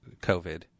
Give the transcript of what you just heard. COVID